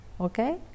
okay